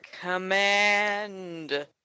command